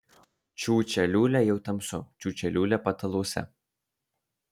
čiūčia liūlia jau tamsu čiūčia liūlia pataluose